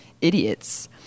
idiots